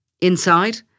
Inside